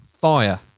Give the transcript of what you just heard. fire